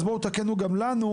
אז בואו תקלו גם לנו,